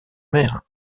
mer